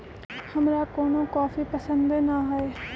हमरा कोनो कॉफी पसंदे न हए